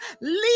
leave